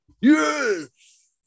yes